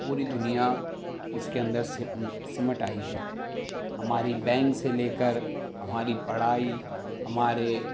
پوری دنیا اس کے اندر سمٹ آئی ہے ہماری بینک سے لے کر ہماری پڑھائی ہمارے